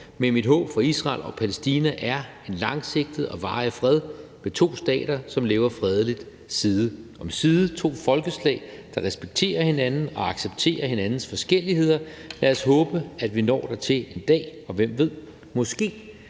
men mit håb for Israel og Palæstina er en langsigtet og varig fred med to stater, som lever fredeligt side om side, to folkeslag, der respekterer hinanden og accepterer hinandens forskelligheder. Lad os håbe, at vi når dertil en dag, og hvem ved, måske